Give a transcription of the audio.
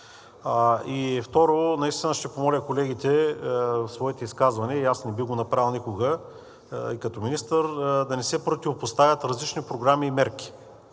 И второ, наистина ще помоля колегите в своите изказвания, и аз не бих го направил никога и като министър, да не се противопоставят различни програми и мерки,